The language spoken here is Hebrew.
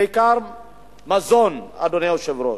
בעיקר מזון, אדוני היושב-ראש.